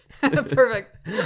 Perfect